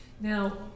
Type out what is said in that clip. Now